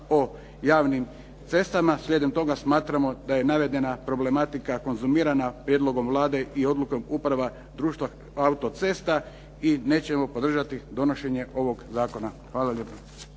o javnim cestama. Slijedom toga smatramo da je navedena problematika konzumirana prijedlogom Vlade i odlukom uprava društva autocesta i nećemo podržati donošenje ovog zakona. Hvala lijepa.